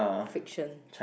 friction